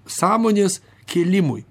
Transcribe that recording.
sąmonės kėlimui